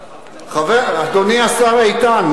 אדוני השר איתן,